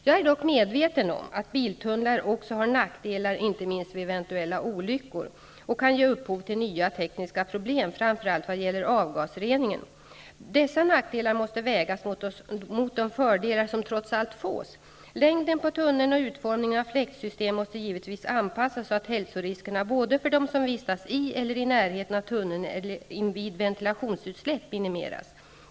Jag är dock medveten om att biltunnlar också har nackdelar -- inte minst vid eventuella olyckor -- och kan ge upphov till nya tekniska problem, framför allt vad gäller avgasreningen. Dessa nackdelar måste vägas mot de fördelar som trots allt fås. Längden på tunneln och utformningen av fläktsystem måste givetvis anpassas så att hälsoriskerna för dem som vistas i eller i närheten av tunneln eller invid ventilationsutsläpp minimeras.